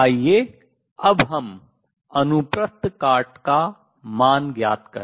आइए अब हम अनुप्रस्थ काट का मान ज्ञात करें